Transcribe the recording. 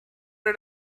did